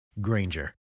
Granger